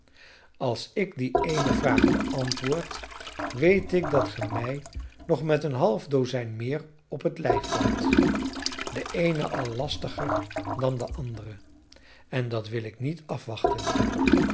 als ik die eene vraag beantwoord weet ik dat ge mij nog met een half dozijn meer op het lijf valt de eene al lastiger dan de andere en dat wil ik niet afwachten